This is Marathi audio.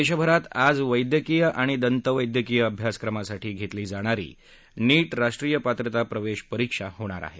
देशभरात आज वैद्यकीय आणि दंत वैद्यकीय अभ्यासक्रमासाठी घेतली जाणारी नीट र् राष्ट्रीय पात्रता प्रवेश परीक्षा होणार आहे